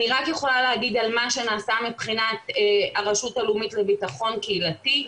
אני רק יכולה להגיד על מה שנעשה מבחינת הרשות הלאומית לביטחון קהילתי,